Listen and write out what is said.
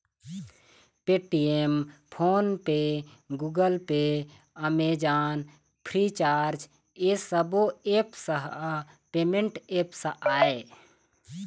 Paytm, PhonePe, Google Pay, Amazon, Freecharge ए सब्बो apps ह पेमेंट ऐप्स आय